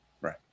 right